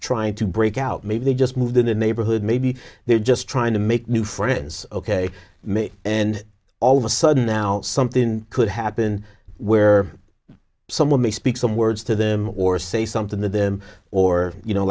trying to break out maybe they just moved in the neighborhood maybe they're just trying to make new friends ok mick and all of a sudden now something could happen where someone may speak some words to them or say something to them or you know